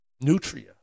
Nutria